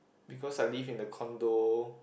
because I live in a condo